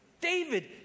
David